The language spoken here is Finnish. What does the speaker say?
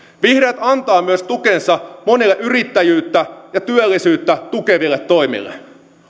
vihreät antavat tukensa myös monille yrittäjyyttä ja työllisyyttä tukeville toimille